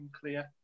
clear